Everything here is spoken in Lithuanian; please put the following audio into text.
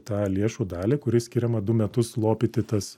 tą lėšų dalį kuri skiriama du metus lopyti tas